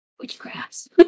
witchcrafts